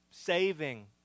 Saving